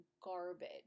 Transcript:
garbage